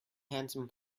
handsome